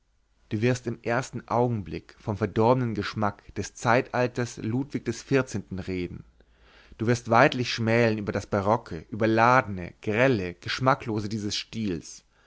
du wirst im ersten augenblick vom verdorbenen geschmack des zeitalters ludwig des vierzehnten reden du wirst weidlich schmälen über das barocke überladene grelle geschmacklose dieses stils